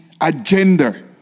agenda